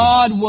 God